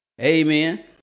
Amen